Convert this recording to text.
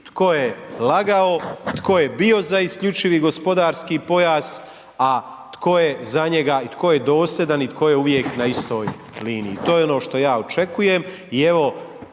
tko je lagao, tko je bio za isključivi gospodarski pojas, a tko je za njega i tko je dosljedan i tko je uvijek na istoj liniji, to je ono što ja očekujem